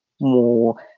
more